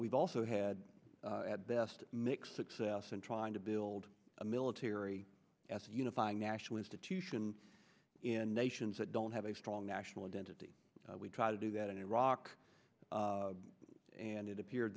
we've also had at best mixed success in trying to build a military as a unifying national institution in nations that don't have a strong national identity we try to do that in iraq and it appear